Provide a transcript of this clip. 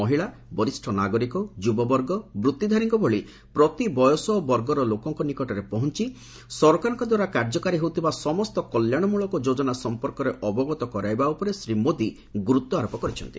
ମହିଳା ବରିଷ୍ଣ ନାଗରିକ ଯୁବବର୍ଗବୃତ୍ତିଧାରୀଙ୍କ ଭଳି ପ୍ରତି ବୟସ ଓ ବର୍ଗର ଲୋକଙ୍କ ନିକଟରେ ପହଞ୍ଚ ସରକାରଙ୍କ ଦ୍ୱାରା କାର୍ଯ୍ୟକାରୀ ହେଉଥିବା ସମସ୍ତ କଲ୍ୟାଣମୂଳକ ଯୋଜନା ସଫପର୍କରେ ଅବଗତ କରାଇବା ଉପରେ ଶ୍ରୀ ମୋଦି ଗୁର୍ରତ୍ୱ ଆରୋପ କରିଛନ୍ତି